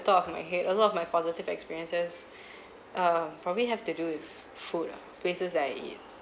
top of my head a lot of my positive experiences err probably have to do with food ah places that I eat